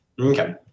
Okay